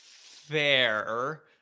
fair